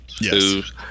Yes